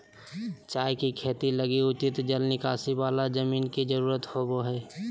चाय के खेती लगी उचित जल निकासी वाला जमीन के जरूरत होबा हइ